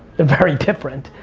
they're very different,